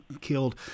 killed